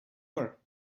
were